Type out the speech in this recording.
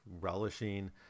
relishing